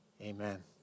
Amen